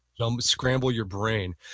um scramble your brain.